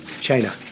China